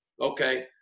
okay